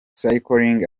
cycling